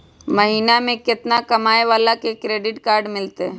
महीना में केतना कमाय वाला के क्रेडिट कार्ड मिलतै?